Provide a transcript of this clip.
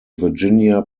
virginia